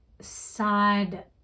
sad